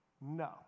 no